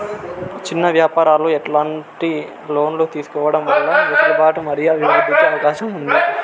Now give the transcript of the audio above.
చిన్న వ్యాపారాలు ఎట్లాంటి లోన్లు తీసుకోవడం వల్ల వెసులుబాటు మరియు అభివృద్ధి కి అవకాశం ఉంది?